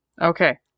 Okay